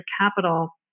capital